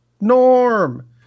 Norm